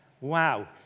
Wow